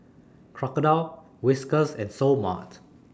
Crocodile Whiskas and Seoul Mart